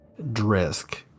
Drisk